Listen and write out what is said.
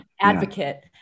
Advocate